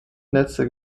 netze